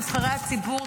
נבחרי הציבור,